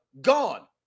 gone